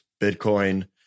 Bitcoin